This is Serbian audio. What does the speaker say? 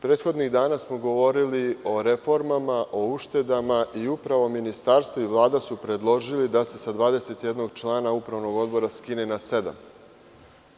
Prethodnih dana smo govorili o reformama, o uštedama i upravo Ministarstvo i Vlada su predložili da se sa 21 člana Upravnog odbora skine na sedam članova.